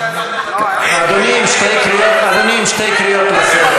אדוני עם שתי קריאות לסדר,